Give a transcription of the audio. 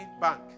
Bank